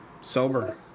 sober